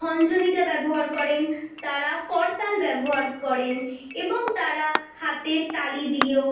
খঞ্জনিটা ব্যবহার করেন তারা করতাল ব্যবহার করেন এবং তারা হাতের তালি দিয়েও